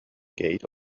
gate